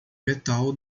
metal